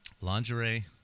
Lingerie